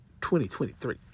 2023